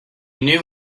knew